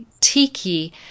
Tiki